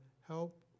help